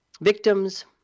victims